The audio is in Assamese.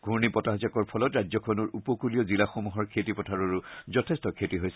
ঘূৰ্ণি বতাহ জাকৰ ফলত ৰাজ্যখনৰ উপকূলীয় জিলাসমূহৰ খেতিপথাৰৰো যথেষ্ঠ ক্ষতি হৈছে